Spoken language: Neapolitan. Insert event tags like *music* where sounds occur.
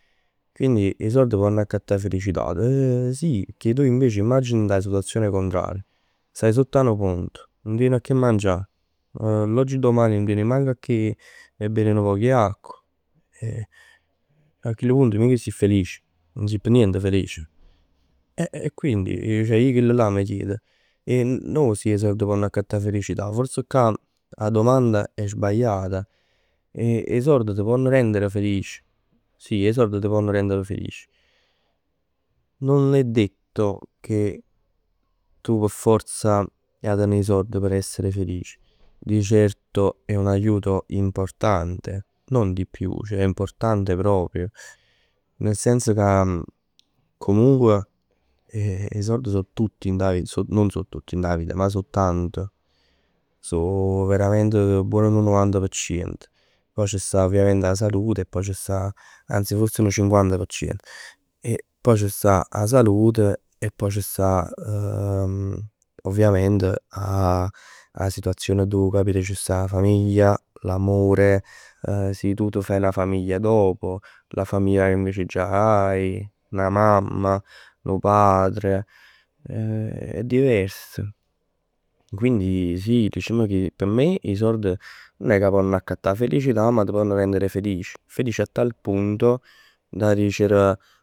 Quindi 'e sord ponn'accattà 'a felicità? *hesitation* Sì. Pecchè tu invece immagina dint 'a situazione contraria. Stai sott 'a nu pont, nu tien 'a che mangià, *hesitation* oggi domani nun tieni manc 'a che bev nu poco 'e acqua. E a chillu punt mica si felic? Nun si p' nient felice. *hesitation* E quindi ceh io chellu'llà m' chiedo. No si 'e sord ponn accattà 'a felicità. Forse ccà 'a domanda è sbagliata. 'E 'e sord t' ponn rendere felic? Sì 'e sord t' ponn rendere felic. Nun è detto che tu p' forza 'e 'a tenè 'e sord p' essere felic. Di certo è un aiuto importante, non di più. Ceh importante proprio. Nel senso ca comunque 'e sord so tutt dint 'a vita. Ceh non so tutt dint 'a vita, ma so tanto. So veramente buon nu novant p'cient. Pò c' sta ovviament 'a salute e pò c' sta. Anzi forse nu cinquanta p'cient. E pò c' sta 'a salute e pò c' sta ovviamente 'a *hesitation* 'a situazione addo tu tien 'a famiglia, l'amore. Si tu t' faje 'na famiglia dopo, la famiglia invece che tu già hai. 'Na mamma, nu padre. È diverso. Quindi s' p' me 'e sord nun è ca ponn accattà 'a felicità, ma t' ponn rendere felice. Felice a tal punto da dicere.